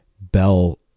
Bell